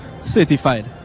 certified